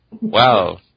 Wow